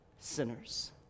Sinners